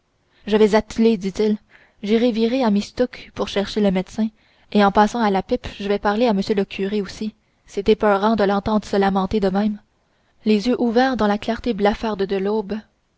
je vas atteler dit-il j'irai virer à mistook pour chercher le médecin et en passant à la pipe je vas parler à m le curé aussi c'est épeurant de l'entendre se lamenter de même les yeux ouverts dans la clarté blafarde de l'aube